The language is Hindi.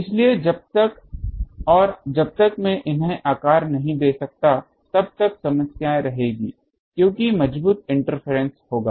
इसलिए जब तक और जब तक मैं इन्हें आकार नहीं दे सकता तब तक समस्याएँ रहेंगी क्योंकि मजबूत इंटरफेरेंस होगा